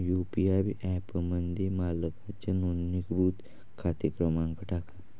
UPI ॲपमध्ये मालकाचा नोंदणीकृत खाते क्रमांक टाका